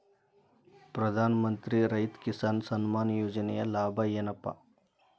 ಪ್ರಧಾನಮಂತ್ರಿ ರೈತ ಕಿಸಾನ್ ಸಮ್ಮಾನ ಯೋಜನೆಯ ಲಾಭ ಏನಪಾ?